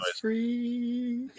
free